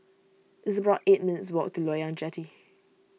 it's about eight minutes' walk to Loyang Jetty